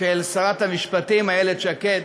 של שרת המשפטים איילת שקד,